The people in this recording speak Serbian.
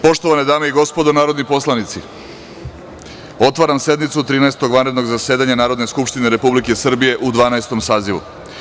Poštovane dame i gospodo narodni poslanici, otvaram sednicu Trinaestog vanrednog zasedanja Narodne skupštine Republike Srbije u Dvanaestom sazivu.